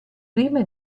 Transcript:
prima